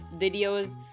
videos